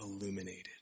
illuminated